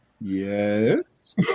Yes